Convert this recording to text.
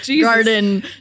Garden